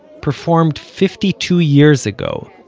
performed fifty-two years ago,